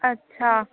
اچھا